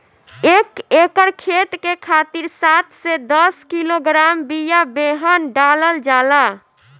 एक एकर खेत के खातिर सात से दस किलोग्राम बिया बेहन डालल जाला?